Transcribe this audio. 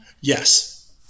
Yes